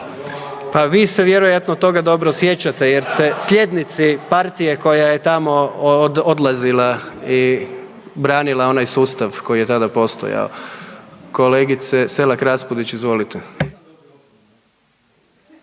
Pa vi se vjerojatno toga dobro sjećate jer ste slijednici partije koja je tamo odlazila i branila onaj sustav koji je tada postojao. Kolegice Selak Raspudić, izvolite.